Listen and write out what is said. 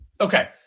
Okay